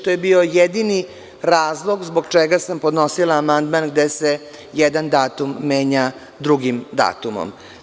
To je bio jedini razlog zbog čega sam podnosila amandman gde se jedan datum menja drugim datumom.